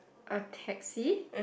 a taxi